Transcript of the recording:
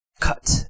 cut